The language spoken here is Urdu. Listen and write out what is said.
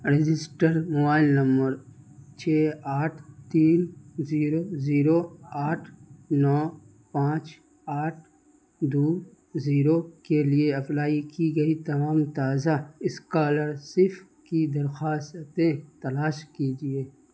رجسٹر موبائل نمبر چھ آٹھ تین زیرو زیرو آٹھ نو پانچ آٹھ دو زیرو کے لیے اپلائی کی گئی تمام تازہ اسکالرشپ کی درخواستیں تلاش کیجیے